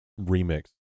remix